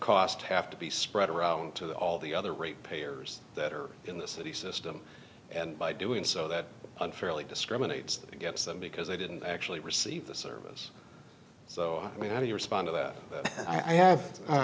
cost have to be spread around to all the other ratepayers that are in the city system and by doing so that unfairly discriminates against them because i didn't actually receive the service so i mean how do you respond to that i have